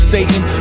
Satan